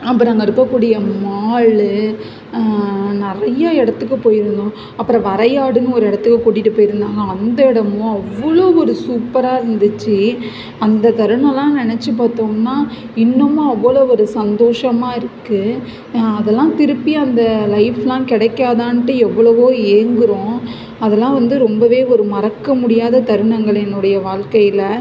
அப்புறம் அங்கே இருக்கக்கூடிய மாலு நிறைய இடத்துக்கு போயிருந்தோம் அப்புறம் வரைநாடுன்னு ஒரு இடத்துக்கு கூட்டிட்டு போயிருந்தாங்கள் அந்த இடமும் அவ்வளோ ஒரு சூப்பராக இருந்துச்சு அந்த தருணம்லாம் நினச்சி பார்த்தோம்னா இன்னுமா அவ்வளோ ஒரு சந்தோஷமாக இருக்குது அதெல்லாம் திருப்பி அந்த லைஃப்லாம் கிடைக்காதான்ட்டு எவ்வளவோ ஏங்குகிறோம் அதெல்லாம் வந்து ரொம்பவே ஒரு மறக்க முடியாத தருணங்கள் என்னுடைய வாழ்க்கையில